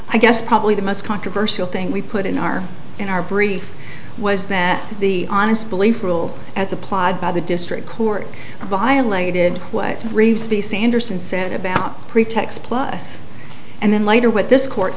i guess probably the most controversial thing we put in our in our brief was that the honest belief rule as applied by the district court violated what reeves be sanderson said about pretext plus and then later what this court